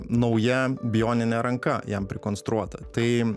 nauja bioninė ranka jam prikonstruota tai